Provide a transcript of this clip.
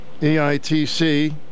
EITC